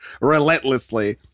relentlessly